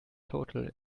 total